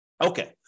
Okay